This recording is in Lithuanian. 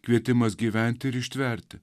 kvietimas gyventi ir ištverti